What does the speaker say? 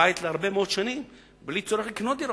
בית להרבה מאוד שנים בלי צורך לקנות דירות.